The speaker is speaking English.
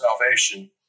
salvation